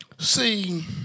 See